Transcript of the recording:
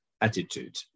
attitude